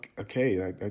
okay